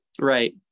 Right